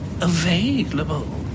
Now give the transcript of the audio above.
available